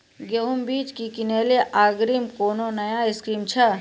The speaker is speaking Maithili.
गेहूँ बीज की किनैली अग्रिम कोनो नया स्कीम छ?